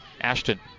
Ashton